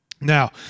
Now